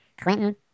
Clinton